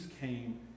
came